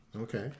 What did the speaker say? Okay